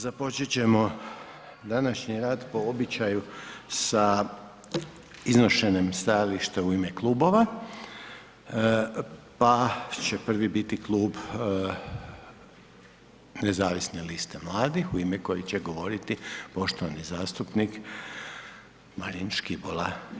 Započet ćemo današnji rad po običaju sa iznošenjem stajališta u ime klubova, pa će prvi biti Klub Nezavisne liste mladih u ime kojeg će govoriti poštovani zastupnik Marin Škibola.